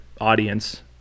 audience